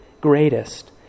greatest